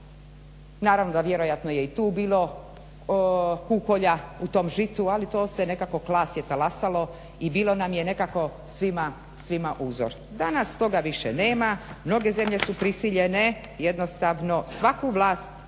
naravno da vjerojatno je tu bilo pupolja u tom žitu, ali to se nekako klasje talasalo i bilo nam je nekako svima uzor. Danas toga više nema, mnoge zemlje su prisiljene. Jednostavno svaku vlast